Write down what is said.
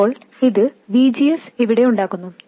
ഇപ്പോൾ ഇത് VGS ഇവിടെ ഉണ്ടാക്കുന്നു